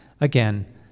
again